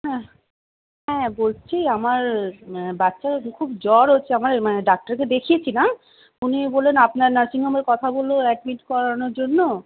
হ্যাঁ হ্যাঁ বলছি আমার বাচ্চার খুব জ্বর হচ্ছে আমার মা ডাক্তারকে দেখিয়েছিলাম উনি বললেন আপনার নার্সিংহোমে কথা বলেও অ্যাডমিট করানোর জন্য